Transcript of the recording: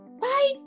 bye